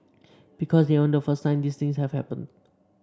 because they aren't the first time these things have happened